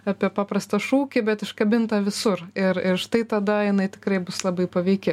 apie paprastą šūkį bet iškabinta visur ir ir štai tada jinai tikrai bus labai paveiki